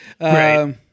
Right